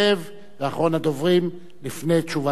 ואחרון הדוברים לפני תשובת השר,